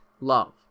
love